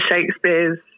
Shakespeare's